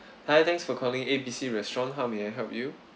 hi thanks for calling A B C restaurant how may I help you